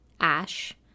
ash